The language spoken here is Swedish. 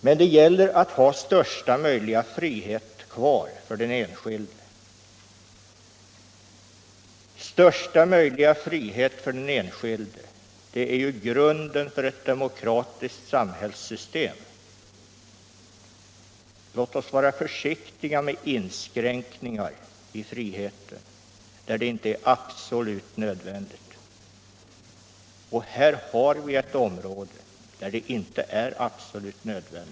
Men det gäller att ha största möjliga frihet kvar för den enskilde. Största möjliga frihet för den enskilde är grunden för ett demokratiskt samhällssystem. Låt oss vara försiktiga när det gäller inskränkningar i friheten, där det inte är absolut nödvändigt, och här har vi ett område där en inskränkning i friheten inte är absolut nödvändig. Personligen upprör det mig alldeles särskilt när man, som är fallet i denna motion, kommer med krav på att vi skall gå ännu längre.